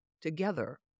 together